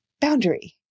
boundary